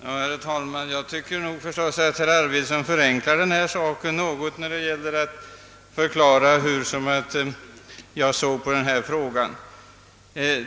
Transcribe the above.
Herr talman! Jag tycker nog att herr Arvidson väl mycket förenklade saken när han redogjorde för min syn på denna fråga.